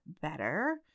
better